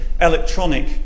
electronic